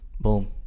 Boom